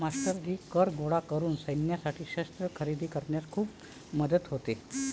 मास्टरजी कर गोळा करून सैन्यासाठी शस्त्रे खरेदी करण्यात खूप मदत होते